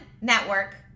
network